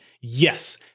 Yes